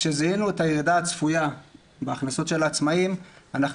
כשזיהינו את הירידה הצפויה בהכנסות של העצמאים אנחנו